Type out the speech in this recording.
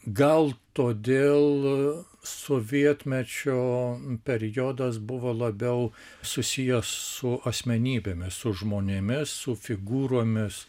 gal todėl sovietmečio periodas buvo labiau susijęs su asmenybėmis su žmonėmis su figūromis